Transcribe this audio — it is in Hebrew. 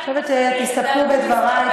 אני חושבת שתסתפקו בדברי,